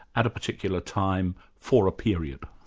at a particular time, for a period?